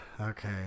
Okay